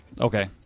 Okay